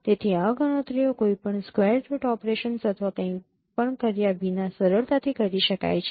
તેથી આ ગણતરીઓ કોઈ પણ સ્કવેર રુટ ઓપરેશન્સ અથવા કંઈપણ કર્યા વિના સરળતાથી કરી શકાય છે